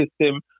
system